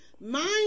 mind